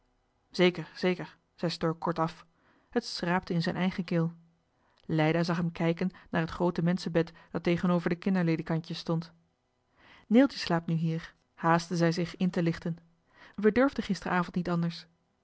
zeker zeker zei stork kort-af het schraapte in zijn eigen keel leida zag hem kijken naar het groote mensche bed dat tegenover de kinder ledikantjes stond neeltje slaapt nu hier haastte zij zich in te lichten we durfden gisteravond niet anders